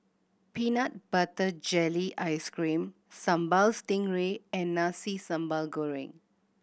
peanut butter jelly ice cream Sambal Stingray and Nasi Sambal Goreng